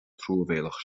truamhéalach